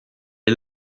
est